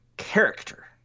Character